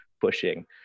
pushing